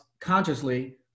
consciously